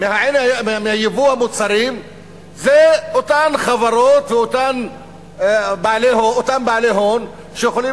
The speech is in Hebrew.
מייבוא המוצרים זה אותן חברות ואותם בעלי הון שיכולים